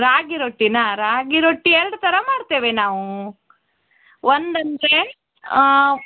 ರಾಗಿ ರೊಟ್ಟಿನ ರಾಗಿ ರೊಟ್ಟಿ ಎರಡು ಥರ ಮಾಡ್ತೇವೆ ನಾವು ಒಂದು ಅಂದರೆ ಆ